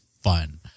fun